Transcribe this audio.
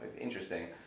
interesting